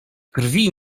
krwi